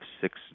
six